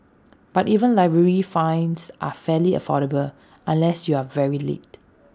but even library fines are fairly affordable unless you are very late